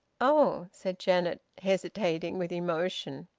oh! said janet, hesitating, with emotion,